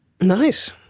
nice